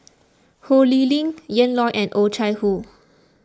Ho Lee Ling Ian Loy and Oh Chai Hoo